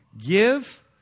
give